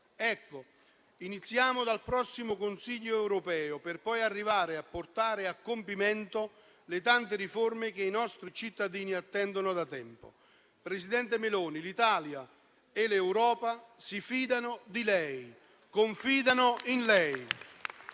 Ecco, iniziamo dal prossimo Consiglio europeo, per poi arrivare a portare a compimento le tante riforme che i nostri cittadini attendono da tempo. Presidente Meloni, l'Italia e l'Europa si fidano di lei, confidano in lei.